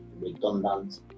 redundant